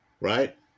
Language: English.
right